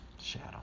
Shadow